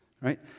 right